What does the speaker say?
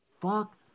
Fuck